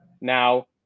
Now